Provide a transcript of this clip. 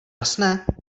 jasné